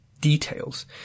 details